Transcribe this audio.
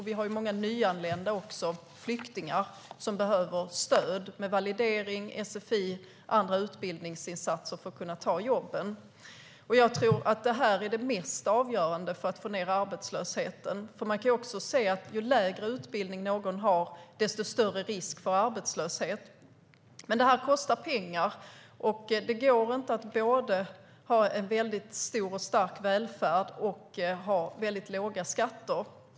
Vi har många nyanlända, flyktingar, som behöver stöd med validering, sfi och andra utbildningsinsatser för att kunna ta jobben. Jag tror att detta är det mest avgörande för att få ned arbetslösheten. Man kan också se att ju lägre utbildning någon har, desto större risk för arbetslöshet. Men det här kostar pengar. Det går inte att både ha en stor och stark välfärd och ha väldigt låga skatter.